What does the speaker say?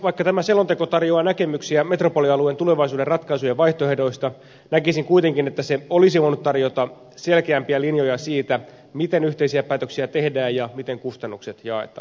vaikka tämä selonteko tarjoaa näkemyksiä metropolialueen tulevaisuuden ratkaisujen vaihtoehdoista näkisin kuitenkin että se olisi voinut tarjota selkeämpiä linjoja siitä miten yhteisiä päätöksiä tehdään ja miten kustannukset jaetaan